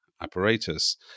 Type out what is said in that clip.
apparatus